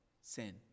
sin